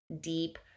deep